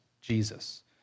Jesus